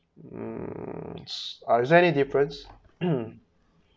um s~ uh is there any difference